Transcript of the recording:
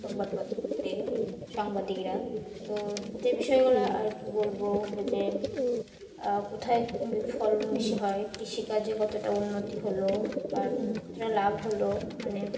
সংবাদপত্র ত্রে সাংবাদিকরা তো যে বিষয়গুলো আর কি বলব যে কোথায় খুব ফলন বেশি হয় কৃষিকাজে কতটা উন্নতি হলো কার কতটা লাভ হলো মানে